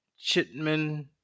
Chitman